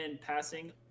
passing